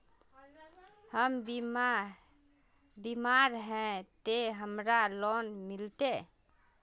हम बीमार है ते हमरा लोन मिलते?